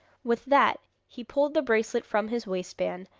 with that he pulled the bracelet from his waistband,